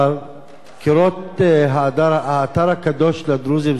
קירות האתר הקדוש לדרוזים "סולטן אברהים"